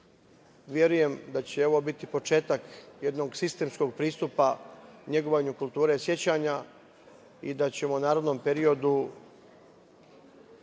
verujem da će ovo biti početak jednog sistematskog pristupa negovanja kulture sećanja i da ćemo u narednom periodu